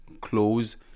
close